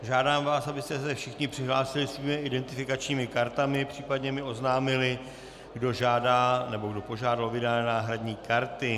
Žádám vás, abyste se všichni přihlásili svými identifikačními kartami, případně mi oznámili, kdo žádá nebo již požádal o vydání náhradní karty.